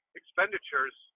expenditures